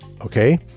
Okay